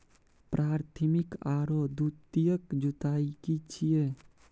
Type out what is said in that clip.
प्राथमिक आरो द्वितीयक जुताई की छिये?